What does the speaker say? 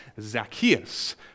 Zacchaeus